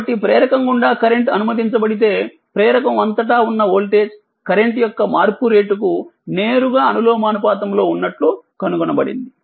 కాబట్టిప్రేరకం గుండా కరెంట్ అనుమతించబడితే ప్రేరక అంతటా ఉన్న వోల్టేజ్ కరెంట్ యొక్క మార్పు రేటుకు నేరుగా అనులోమానుపాతంలోఉన్నట్లు కనుగొనబడింది